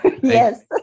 Yes